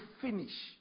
finish